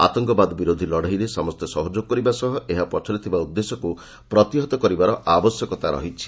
ଆତଙ୍କବାଦ ବିରୋଧୀ ଲଢ଼େଇରେ ସମସ୍ତେ ସହଯୋଗ କରିବା ସହ ଏହା ପଛରେ ଥିବା ଉଦ୍ଦେଶ୍ୟକୁ ପ୍ରତିହତ କରିବାର ଆବଶ୍ୟକତା ରହିଛି